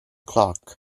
clark